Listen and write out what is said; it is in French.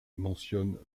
mentionne